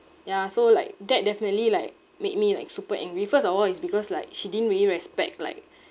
ya so like that definitely like made me like super angry first of all it's because like she didn't really respect like